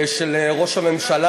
למה, למה ילדותית, של ראש הממשלה.